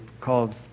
called